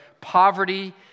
poverty